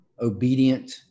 obedient